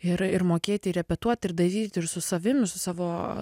ir ir mokėti ir repetuoti ir daryti ir su savim su savo